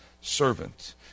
servant